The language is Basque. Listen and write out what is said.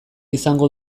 izango